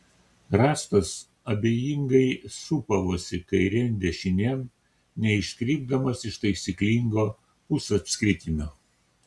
rąstas abejingai sūpavosi kairėn dešinėn neiškrypdamas iš taisyklingo pusapskritimio